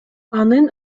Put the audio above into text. анын